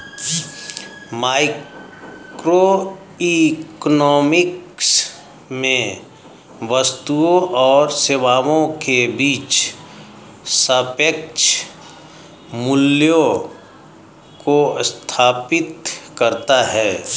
microeconomics में वस्तुओं और सेवाओं के बीच सापेक्ष मूल्यों को स्थापित करता है